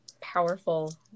powerful